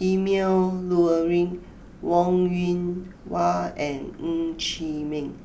Emil Luering Wong Yoon Wah and Ng Chee Meng